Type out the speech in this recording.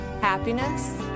Happiness